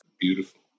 Beautiful